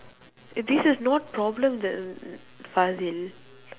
this is not problem